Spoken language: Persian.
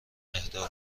اهدا